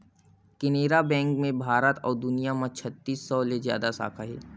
Canara bank के भारत अउ दुनिया म छत्तीस सौ ले जादा साखा हे